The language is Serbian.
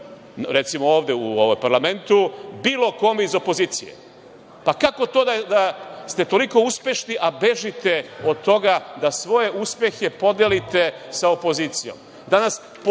recimo, ovde u ovom parlamentu bilo kom iz opozicije. Pa, kako to da ste toliko uspešni, a bežite od toga da svoje uspehe podelite sa opozicijom?